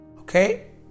okay